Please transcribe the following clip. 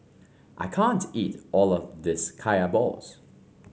I can't eat all of this Kaya Balls